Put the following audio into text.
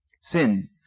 sin